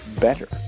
better